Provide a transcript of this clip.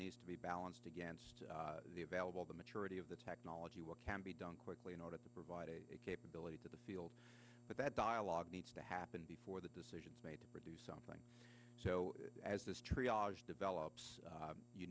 needs to be balanced against the available the maturity of the technology what can be done quickly in order to provide a capability to the field but that dialogue needs to happen before the decision is made to produce something so as the street develops